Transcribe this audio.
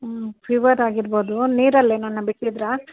ಹ್ಞೂ ಫೀವರ್ ಆಗಿರ್ಬೋದು ನೀರಲ್ಲೇನಾರ ಬಿಟ್ಟಿದ್ದಿರಾ